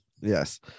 Yes